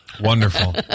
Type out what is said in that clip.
Wonderful